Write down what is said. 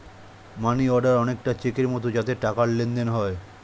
মানি order অনেকটা চেকের মতো যাতে টাকার লেনদেন হয়